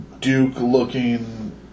Duke-looking